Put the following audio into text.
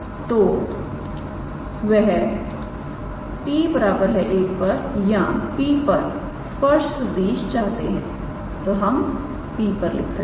तो वह 𝑡 1 पर या P पर स्पर्श सदिश चाहते हैं तो हम P पर लिख सकते हैं